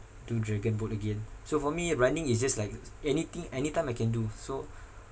do dragon boat again so for me running is just like anything anytime I can do so